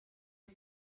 you